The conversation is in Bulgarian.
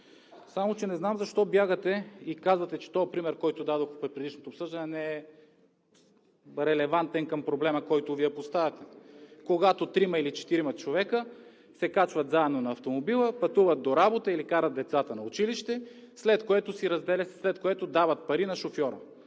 Само че не знам защо бягате и казвате, че този пример, който дадох при предишното обсъждане, не е релевантен към проблема, който Вие поставяте – когато трима или четирима човека се качват заедно на автомобила, пътуват до работа или карат децата на училище, след което дават пари на шофьора.